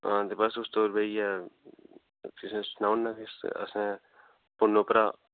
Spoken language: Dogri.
आं ते बस उसदे उप्पर बेहियै तुसें ई सनाई ओड़ना की असें फोनै उप्परा